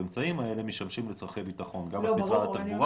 לא הצלחתי להבין את התשובה.